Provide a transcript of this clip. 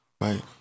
right